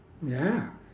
ya